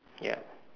ya